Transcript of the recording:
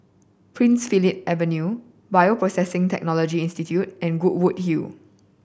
Prince Philip Avenue Bioprocessing Technology Institute and Goodwood Hill